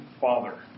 father